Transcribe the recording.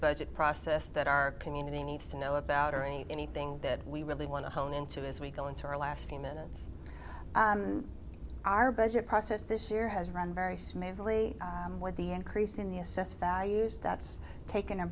budget process that our community needs to know about or any anything good we really want to hone into as we go into our last few minutes our budget process this year has run very smoothly with the increase in the assessed value as that's taken a